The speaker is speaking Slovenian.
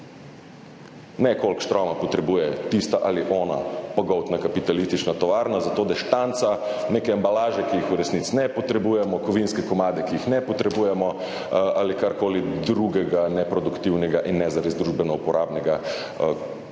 Ne koliko štroma potrebuje tista ali ona pogoltna kapitalistična tovarna, zato da štanca neke embalaže, ki jih v resnici ne potrebujemo, kovinske komade, ki jih ne potrebujemo, ali karkoli drugega neproduktivnega in ne zares družbeno uporabnega,